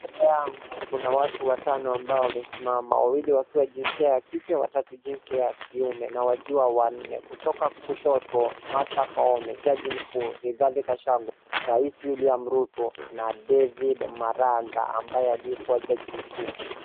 Mbele yangu kuna watu watano ambao wamesimama. Wawili wakiwa jinsia ya kike, watatu wakiwa jinsia ya kiume. Nawajua wanne kutoka kushoto Martha Koome judge mkuu, Rigathi Gachagua, raisi William Ruto na David Maraga ambaye aliyekuwa judge mkuu.